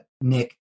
Nick